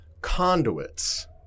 conduits